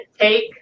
take